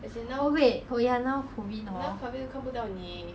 oh wait oh ya now COVID hor